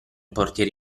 portiere